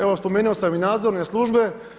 Evo spomenuo sam i nadzorne službe.